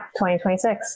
2026